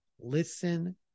listen